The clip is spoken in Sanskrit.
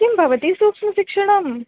किं भवति सूक्ष्मशिक्षणम्